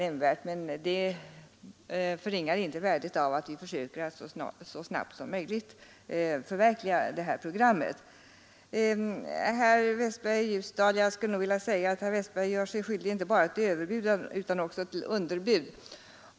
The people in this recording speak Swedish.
Det förringar emellertid inte värdet av att vi försöker att så snabbt som möjligt förverkliga programmet. Herr Westberg i Ljusdal gör sig inte bara skyldig till överbud utan också till underbud.